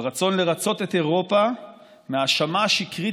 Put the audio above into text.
על רצון לרצות את אירופה בגלל ההאשמה השקרית